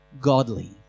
Godly